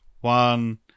one